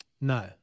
No